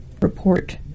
report